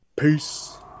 peace